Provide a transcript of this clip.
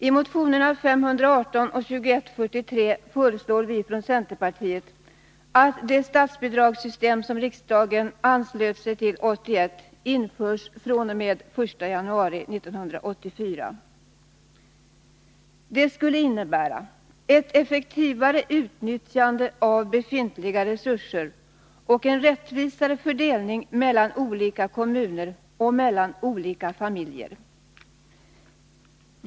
I motionerna 518 och 2143 föreslår vi från centerpartiet att det statsbidragssystem som riksdagen anslöt sig till 1981 införs fr.o.m. den 1 januari 1984. Det skulle innebära ett effektivare utnyttjande av befintliga resurser och en rättvisare fördelning mellan olika kommuner och mellan olika familjer.